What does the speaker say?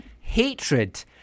hatred